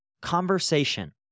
conversation